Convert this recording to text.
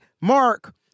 mark